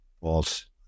False